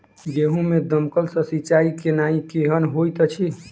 गेंहूँ मे दमकल सँ सिंचाई केनाइ केहन होइत अछि?